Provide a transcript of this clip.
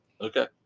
Okay